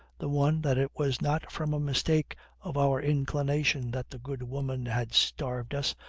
the one, that it was not from a mistake of our inclination that the good woman had starved us,